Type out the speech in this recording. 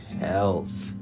health